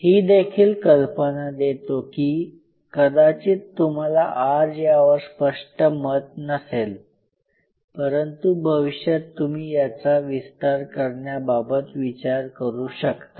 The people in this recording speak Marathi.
हीदेखील कल्पना देतो की कदाचित तुम्हाला आज यावर स्पष्ट मत नसेल परंतु भविष्यात तुम्ही याचा विस्तार करण्याबाबत विचार करू शकता